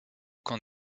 camp